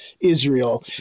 Israel